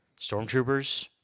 stormtroopers